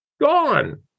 gone